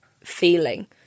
feeling